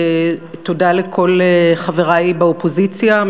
תודה לכל חברי באופוזיציה,